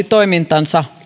toimintansa